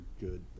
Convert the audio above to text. good